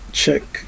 check